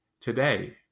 today